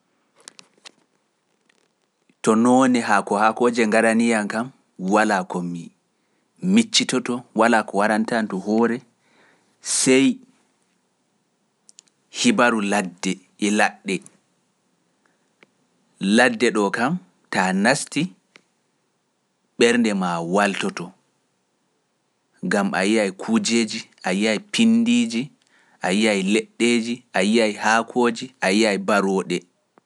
To noon haako haakooje ngaranii yam kam, walaa ko miccitoto, walaa yi’ay pinndiiji, a yi’ay leɗɗeeji, a yi’ay haakooji, a yi’ay barooɗe.